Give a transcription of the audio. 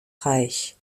reich